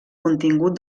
contingut